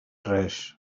res